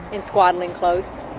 in swaddling clothes.